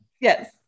Yes